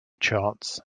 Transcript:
charts